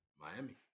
Miami